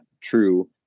true